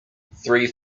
three